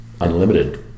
unlimited